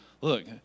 look